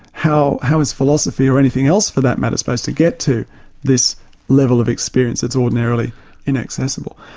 how how is philosophy or anything else for that matter, supposed to get to this level of experience, that's ordinarily inaccessible?